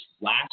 last